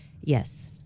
Yes